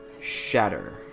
Shatter